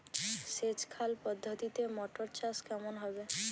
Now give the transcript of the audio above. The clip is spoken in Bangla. সেচ খাল পদ্ধতিতে মটর চাষ কেমন হবে?